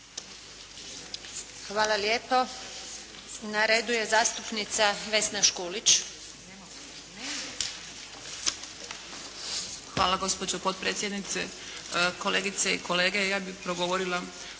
Hvala lijepo. Na redu je zastupnica Vesna Škulić. **Škulić, Vesna (SDP)** Hvala gospođo potpredsjednice, kolegice i kolege. Ja bi progovorila